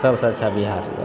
सभसँ अच्छा बिहार